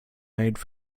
made